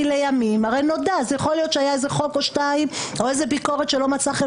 יכול להיות שהיה איזה חוק או שניים או איזושהי ביקורת שלא מצאה חן